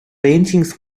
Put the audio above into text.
paintings